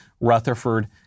Rutherford